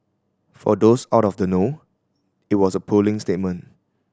for those out of the know it was a puling statement